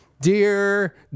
dear